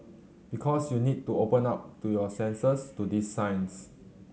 because you need to open up to your senses to these signs